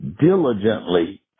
diligently